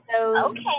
Okay